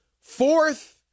Fourth